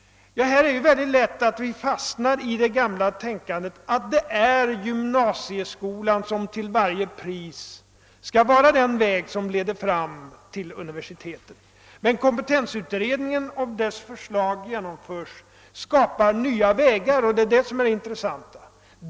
Ja, här är det oerhört lätt att fastna i det gamla tänkesättet att gymnasieskolan till varje pris är den väg som leder fram till universitetet. Men om kompetensutredningens förslag genomförs skapas det nya vägar. Det är det som är det intressanta.